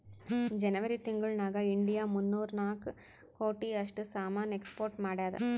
ಜನೆವರಿ ತಿಂಗುಳ್ ನಾಗ್ ಇಂಡಿಯಾ ಮೂನ್ನೂರಾ ನಾಕ್ ಕೋಟಿ ಅಷ್ಟ್ ಸಾಮಾನ್ ಎಕ್ಸ್ಪೋರ್ಟ್ ಮಾಡ್ಯಾದ್